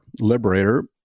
Liberator